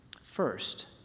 First